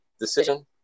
decision